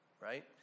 right